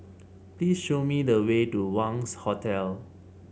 please show me the way to Wangz Hotel